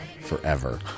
forever